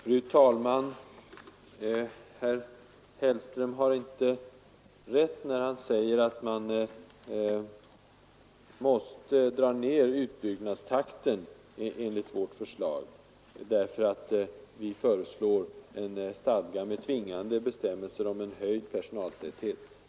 Fru talman! Herr Hellström har inte rätt när han påstår att man måste dra ned utbyggnadstakten enligt vårt förslag, därför att vi föreslår en stadga med tvingande bestämmelser om höjd personaltäthet.